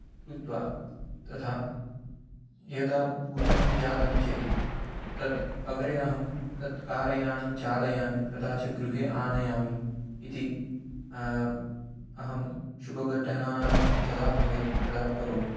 कृत्वा तथा यदा पूजनं जातं चेत् तद् अग्रे अहं तत् कारयानं चालयामि तदा च गृहे आनयामि इति अहं शुभघटना यदा भवेत् तदा करोमि